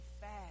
fast